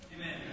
Amen